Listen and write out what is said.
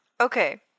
okay